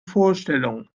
vorstellung